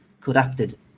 corrupted